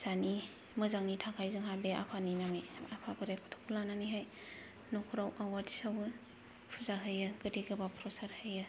फिसानि मोजांनि थाखाय जोंहा बे आफानि नामै आफा बोराय बाथौखौ लानानैहाय नखराव आवहाथि सावो फुजा होयो गोदै गोगाब प्रसाद होयो